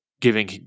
giving